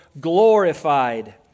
glorified